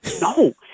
no